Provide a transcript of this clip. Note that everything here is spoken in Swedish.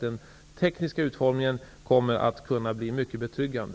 Den tekniska utformningen kommer säkerligen att bli mycket betryggande.